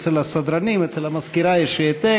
אצל הסדרנים ואצל המזכירה יש העתק.